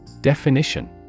Definition